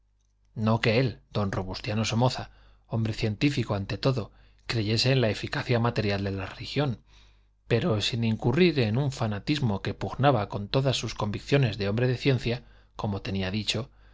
no que él don robustiano somoza hombre científico ante todo creyese en la eficacia material de la religión pero sin incurrir en un fanatismo que pugnaba con todas sus convicciones de hombre de ciencia como tenía dicho